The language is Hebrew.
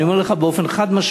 אני אומר לך באופן חד-משמעי,